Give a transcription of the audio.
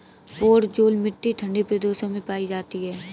podzol मिट्टी ठंडे प्रदेशों में पाई जाती है